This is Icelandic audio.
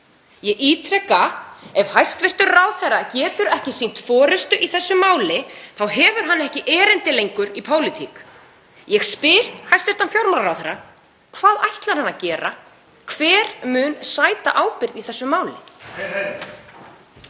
Ég ítreka: Ef hæstv. ráðherra getur ekki sýnt forystu í þessu máli þá hefur hann ekkert erindi lengur í pólitík. Ég spyr hæstv. fjármálaráðherra: Hvað ætlar hann að gera? Hver mun sæta ábyrgð í þessu máli?